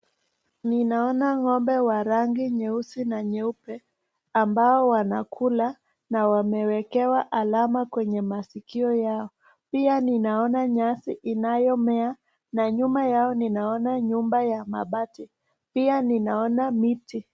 Ninaona ng'ombe wa rangi nyeusi na nyeupe, ambao wanakula na wameekewa alama kwa masikio yao. Pia ninaona nyasi inayomea na nyuma yao ninaona nyumba ya mabati, pia ninaona miti.